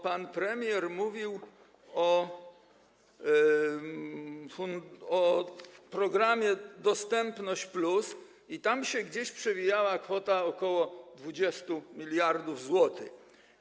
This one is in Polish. Pan premier mówił o programie „Dostępność+” i tam się gdzieś przewijała kwota ok. 20 mld zł.